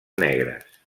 negres